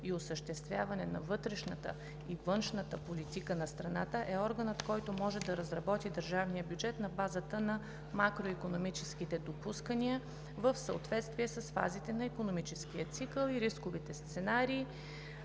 и осъществяване на вътрешната и външната политика на страната, е органът, който може да разработи държавния бюджет на базата на макроикономическите допускания, в съответствие с фазите на икономическия цикъл и рисковите сценарии